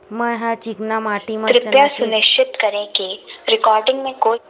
मै ह चिकना माटी म चना के फसल उगा सकथव का?